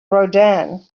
rodin